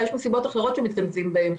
יש מסיבות אחרות שמתכנסים בהן,